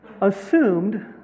assumed